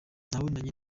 nabonanye